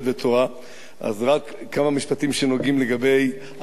אז רק כמה משפטים שנוגעים בערך של השתיקה,